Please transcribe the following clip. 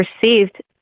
perceived